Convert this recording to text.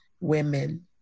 women